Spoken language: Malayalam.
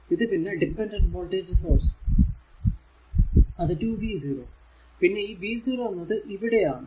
ഇത് ഒരു ഡിപെൻഡന്റ് വോൾടേജ് സോഴ്സ് അത് 2v0 പിന്നെ ഈ v0 എന്നത് ഇവിടെ ആണ്